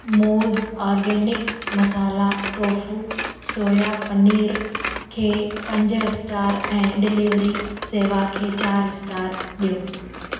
मूज़ organic masala tofu soya paneer खे पंज star ऐं डिलीवरी सेवा खे चारि स्टार ॾियो